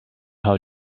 how